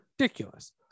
Ridiculous